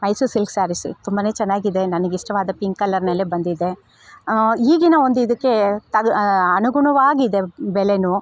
Mysuru silk sarees ತುಂಬಾ ಚೆನ್ನಾಗಿದೆ ನನಗೆ ಇಷ್ಟವಾದ ಪಿಂಕ್ ಕಲರ್ನಲ್ಲೇ ಬಂದಿದೆ ಈಗಿನ ಒಂದು ಇದಕ್ಕೆ ತದ್ ಅನುಗುಣವಾಗಿದೆ ಬೆಲೆನೂ